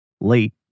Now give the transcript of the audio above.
late